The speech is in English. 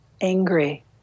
angry